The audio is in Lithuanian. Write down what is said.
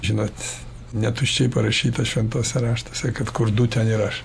žinot netuščiai parašyta šventuose raštuose kad kur du ten ir aš